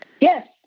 Yes